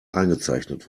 eingezeichnet